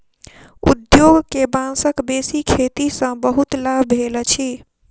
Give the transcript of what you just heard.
उद्योग के बांसक बेसी खेती सॅ बहुत लाभ भेल अछि